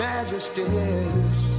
Majesties